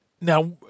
Now